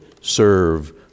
serve